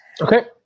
Okay